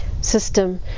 system